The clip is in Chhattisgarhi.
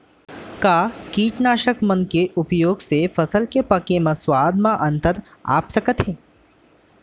का कीटनाशक मन के उपयोग से फसल के पके म स्वाद म अंतर आप सकत हे?